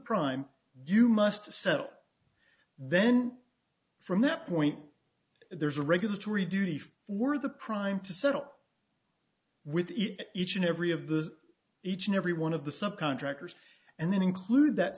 prime you must sell then from that point there's a regulatory duty for the prime to settle with each and every of the each and every one of the sub contractors and then include that